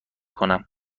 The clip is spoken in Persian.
کنم